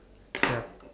ya